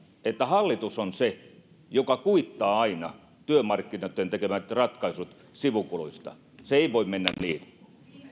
että hallitus on se joka kuittaa aina työmarkkinoitten tekemät ratkaisut sivukuluista se ei voi mennä niin